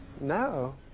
No